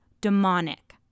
demonic